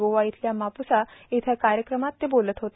गोवा इथल्या मापूसा इथं एका कार्यक्रमात ते बोलत होते